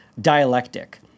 dialectic